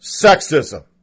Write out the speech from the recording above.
sexism